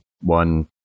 one